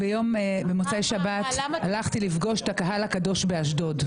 במוצאי שבת הלכתי לפגוש את הקהל הקדוש באשדוד.